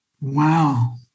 Wow